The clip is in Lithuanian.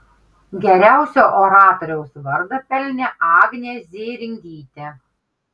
geriausio oratoriaus vardą pelnė agnė zėringytė